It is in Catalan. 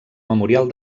memorial